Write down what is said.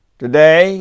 today